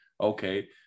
okay